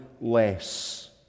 less